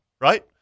right